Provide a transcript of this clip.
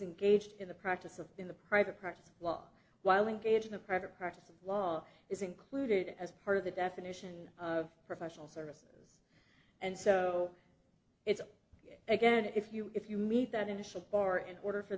engaged in the practice of in the private practice of law while engaged in a private practice of law is included as part of the definition of professional services and so it's ok again if you if you meet that initial bar in order for